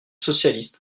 socialiste